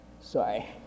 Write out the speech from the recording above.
Sorry